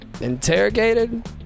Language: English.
Interrogated